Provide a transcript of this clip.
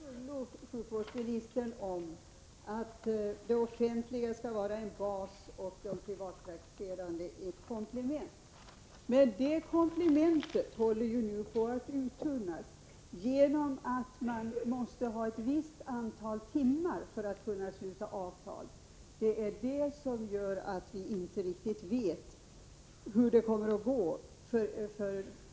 Herr talman! Jag kan till fullo hålla med sjukvårdsministern om att den offentliga vården skall vara en bas och de privatpraktiserande läkarna ett komplement. Men det komplementet håller ju nu på att uttunnas, eftersom det krävs att läkarna har ett visst antal vårdtimmar för att man skall kunna sluta avtal.